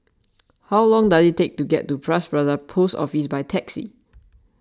how long does it take to get to Bras Basah Post Office by taxi